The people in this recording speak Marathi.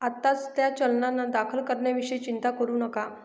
आत्ताच त्या चलनांना दाखल करण्याविषयी चिंता करू नका